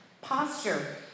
Posture